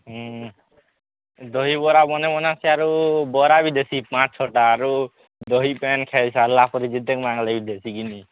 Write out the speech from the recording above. ହୁଁ ଦହିବରା ବନେ ବନାସୁଁ ଆରୁ ବରା ବି ବେଶୀ ପଞ୍ଚ ଛଅଟା ଆରୁ ଦହି ପ୍ୟାନ୍ ଖାଇ ସାରିଲା ପରେ ଯେତେ କିନି